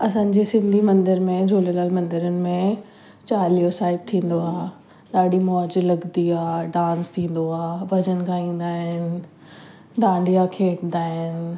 असांजे सिंधी मंदर में झूलेलाल मंदर में चालीहो साहिब थींदो आहे ॾाढी मौजु लॻंदी आहे डांस थींदो आहे भॼन ॻाईंदा आहिनि डांडिया खेॾंदा आहिनि